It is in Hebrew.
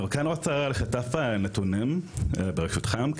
אני כן רוצה לשתף נתונים, ברשותכם.